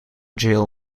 jail